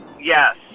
yes